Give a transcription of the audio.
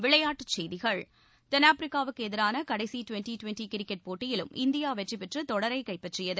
விளையாட்டுச்செய்திகள் தென்னாப்பிரிக்காவுக்கு எதிரான கடைசி டுவெண்டி டுவெண்டி கிரிக்கெட் போட்டியிலும் இந்தியா வெற்றிபெற்று தொடரைக் கைப்பற்றியது